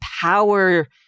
power